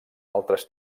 altres